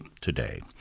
today